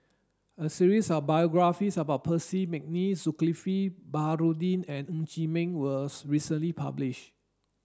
a series of biographies about Percy McNeice Zulkifli Baharudin and Ng Chee Meng was recently publish